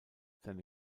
seine